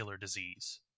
disease